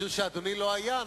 משום שאדוני לא היה,